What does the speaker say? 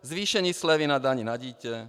Zvýšení slevy na dani na dítě.